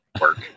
work